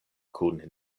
kun